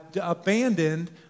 abandoned